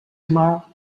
tomorrow